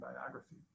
biography